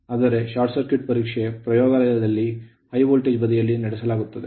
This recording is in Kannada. ಆದರೆ ಶಾರ್ಟ್ ಸರ್ಕ್ಯೂಟ್ ಪರೀಕ್ಷೆ ಪ್ರಯೋಗಾಲಯದಲ್ಲಿ ಹೈ ವೋಲ್ಟೇಜ್ ಬದಿಯಲ್ಲಿ ನಡೆಸಲಾಗುತ್ತದೆ